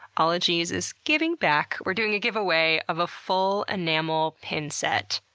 ologies is giving back we're doing a giveaway of a full enamel pin set.